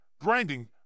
grinding